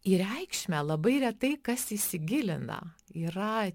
į reikšmę labai retai kas įsigilina yra